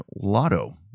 Lotto